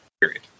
period